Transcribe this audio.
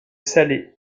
salée